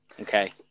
Okay